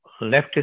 leftist